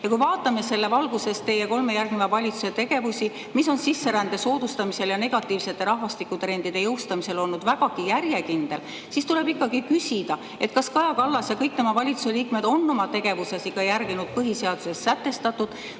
vaatame selle valguses teie kolme valitsuse tegevusi, mis on sisserände soodustamisel ja negatiivsete rahvastikutrendide jõustamisel olnud vägagi järjekindel, siis tuleb ikkagi küsida, kas Kaja Kallas ja kõik tema valitsuse liikmed on oma tegevuses ikka järginud põhiseaduses sätestatut